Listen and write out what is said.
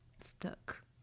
stuck